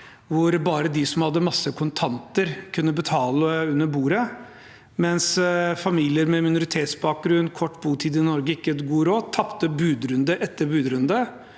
hvor bare de som hadde masse kontanter, kunne betale under bordet, mens familier med minoritetsbakgrunn og kort botid i Norge, som ikke hadde god råd, tapte budrunde etter budrunde.